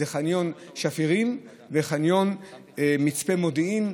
חניון שפירים וחניון מצפה מודיעין,